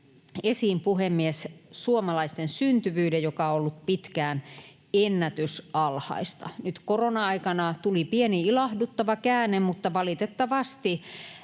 esiin, puhemies, suomalaisten syntyvyyden, joka on ollut pitkään ennätysalhaista. Nyt korona-aikana tuli pieni ilahduttava käänne, mutta valitettavasti